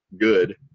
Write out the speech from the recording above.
good